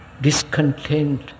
discontent